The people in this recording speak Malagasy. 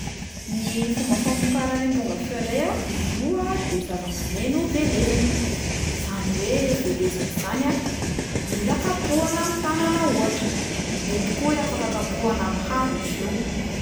Ny fomba famokaran'ny amponga feo indray a, izy io a de zava-maneno velezina, zany hoe velezina izany a mila kapohana amin'ny tanana ohatra, mety koa hoe afaka kapohana amin'ny hazo izy io.